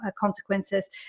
consequences